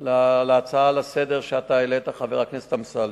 להצעה לסדר-היום שאתה העלית, חבר הכנסת אמסלם: